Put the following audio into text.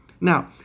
Now